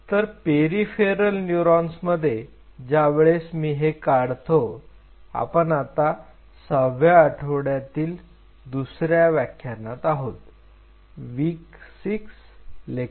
sir peripheral न्यूरॉन्समध्ये ज्या वेळेस मी हे काढतो आपण आता सहाव्या आठवड्यातील दुसऱ्या व्याख्यानात आहोत W6 L2